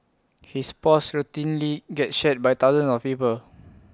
his posts routinely get shared by thousands of people